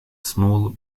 small